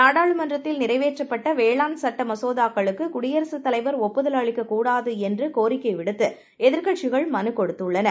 நாடாளுமன்றத்தில்நிறைவேற்றப்பட்டவேளாண்சட்டம சோதாக்களுக்கு குடியரசுதலைவர்ஒப்புதல்அளிக்கக்கூடாதுஎன்றுகோரிக் கைவிடுத்து எதிர்க்கட்சிகள்மனுகொடுத்துள்ளன